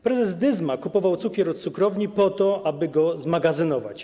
Prezes Dyzma kupował cukier od cukrowni po to, aby go zmagazynować.